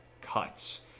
Cuts